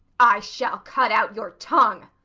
i shall cut out your tongue.